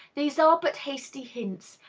these are but hasty hints,